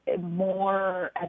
more